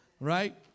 right